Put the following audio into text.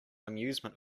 amusement